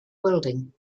welding